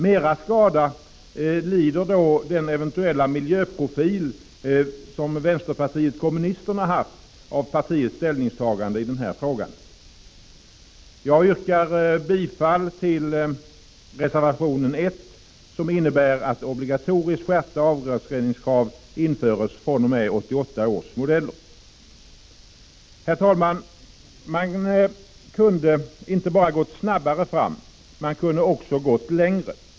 Mera skada lider då den miljöprofil som vpk eventuellt haft av partiets ställningstagande i denna fråga. Jag yrkar bifall till reservationen 1, som innebär att obligatoriskt skärpta avgasreningskrav införs, att gälla fr.o.m. 1988 års modeller. Herr talman! Man kunde inte bara ha gått snabbare fram, man kunde även ha gått längre.